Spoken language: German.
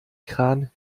kran